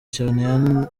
cyane